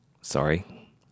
Sorry